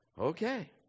Okay